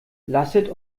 lasset